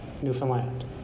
Newfoundland